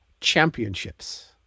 Championships